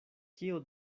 kio